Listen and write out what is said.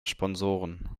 sponsoren